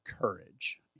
courage